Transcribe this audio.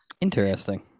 Interesting